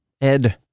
Ed